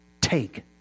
take